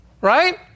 Right